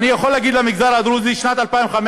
אני יכול להגיד למגזר הדרוזי: שנת 2015,